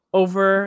over